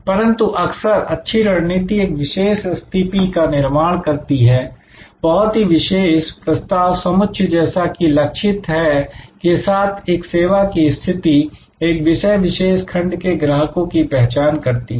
परंतु अक्सर अच्छी रणनीति एक विशेष एसटीपी का निर्माण करती है बहुत ही विशेष प्रस्ताव समुच्चय जैसा कि लक्षित है के साथ एक सेवा की स्थिति एक विषय विशेष खंड के ग्राहकों की पहचान करती है